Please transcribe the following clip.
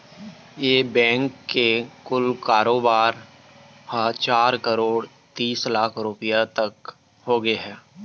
ए bank के कुल कारोबार ह चार करोड़ तीस लाख रूपिया तक होगे हे